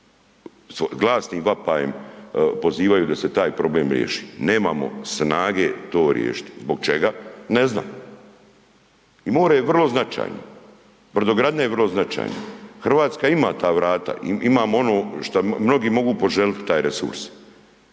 glasnim vapajem pozivaju da se taj problem riješi. Nemamo snage to riješiti. Zbog čega? Ne znam. I more je vrlo značajno, brodogradnja je vrlo značajna. RH ima ta vrata, imamo ono šta mnogi mogu poželit taj resurs.